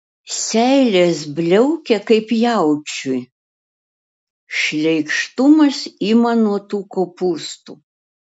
seilės bliaukia kaip jaučiui šleikštumas ima nuo tų kopūstų